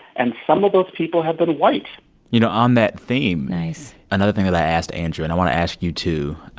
and some of those people have been white you know, on that theme. nice. another thing that i asked andrew and i want to ask you, too